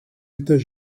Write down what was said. états